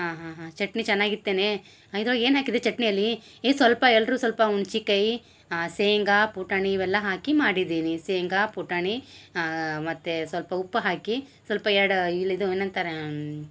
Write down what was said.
ಹಾಂ ಹಾಂ ಹಾಂ ಚಟ್ನಿ ಚೆನ್ನಾಗಿತ್ತೇನೆ ಇದ್ರೊಳಗ ಏನು ಹಾಕಿದೆ ಚಟ್ನಿಯಲ್ಲಿ ಎ ಸ್ವಲ್ಪ ಎಲ್ಲರು ಸ್ವಲ್ಪ ಹುಣ್ಚಿಕಾಯಿ ಶೇಂಗ ಪುಟಾಣಿ ಇವೆಲ್ಲ ಹಾಕಿ ಮಾಡಿದ್ದೀನಿ ಶೇಂಗ ಪುಟಾಣಿ ಮತ್ತು ಸ್ವಲ್ಪ ಉಪ್ಪು ಹಾಕಿ ಸ್ವಲ್ಪ ಎರಡು ಇಲಿದು ಏನಂತರ